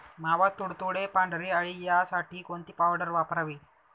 मावा, तुडतुडे, पांढरी अळी यासाठी कोणती पावडर वापरावी?